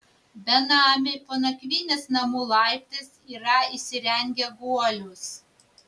benamiai po nakvynės namų laiptais yra įsirengę guolius